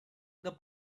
the